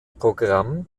programm